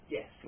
Yes